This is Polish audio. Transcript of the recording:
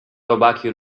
robaki